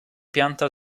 pianta